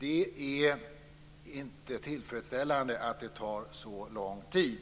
Det är inte tillfredsställande att det tar så lång tid.